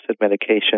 medication